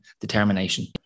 determination